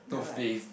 yeah like